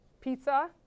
pizza